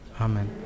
Amen